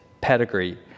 pedigree